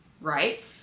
Right